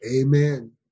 Amen